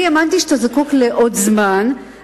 אני האמנתי שאתה זקוק לעוד זמן,